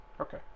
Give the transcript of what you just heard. Okay